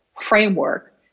framework